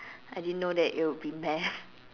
I didn't know that it would be math